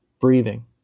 Breathing